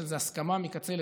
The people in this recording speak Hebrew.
יש על זה הסכמה מקצה לקצה,